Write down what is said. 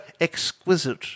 exquisite